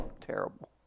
Terrible